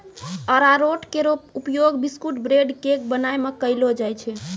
अरारोट केरो उपयोग biscuit, bread, cake बनाय म कयलो जाय छै